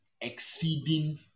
exceeding